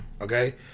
Okay